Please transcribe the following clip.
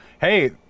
hey